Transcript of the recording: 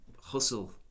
hustle